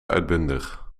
uitbundig